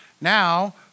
Now